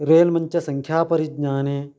rail मञ्च संख्यापरिज्ञाने